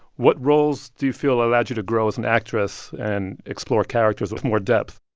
what roles do you feel allowed you to grow as an actress and explore characters with more depth?